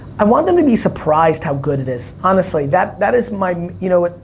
i want them to be surprised how good it is, honestly, that that is my, you know,